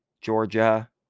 Georgia